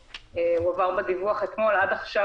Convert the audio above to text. הועבר בדיווח אתמול שעד עכשיו,